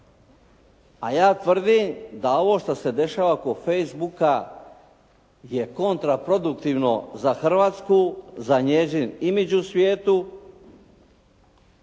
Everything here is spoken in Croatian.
A ja tvrdim da ovo što se dešava oko Facebook-a je kontraproduktivno za Hrvatsku, za njezin imidž u svijetu